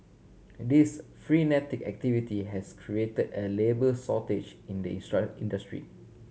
this frenetic activity has create a labour shortage in the industry